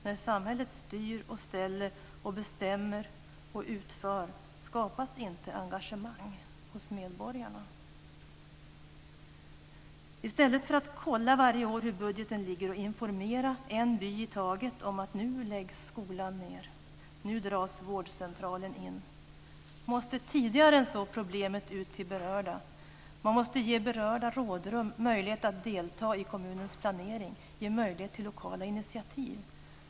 När samhället styr, ställer, bestämmer och utför skapas inte engagemang hos medborgarna. I stället för att varje år kolla hur det förhåller sig med budgeten och informera en by i taget om att skolan nu läggs ned och att vårdcentralen läggs ned måste problemet ut till berörda tidigare. Man måste ge berörda rådrum och möjlighet att delta i kommunens planering och ge möjlighet till lokala initiativ.